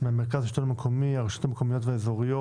מהמרכז לשלטון מקומי, הרשויות המקומיות והאזוריות